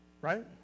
Right